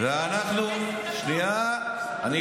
לא אמרת את המילה גזענות כבר עשר דקות.